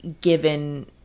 given